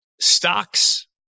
stocks